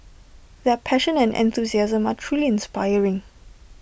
their passion and enthusiasm are truly inspiring